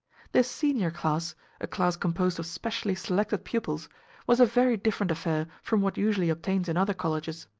this senior class a class composed of specially-selected pupils was a very different affair from what usually obtains in other colleges.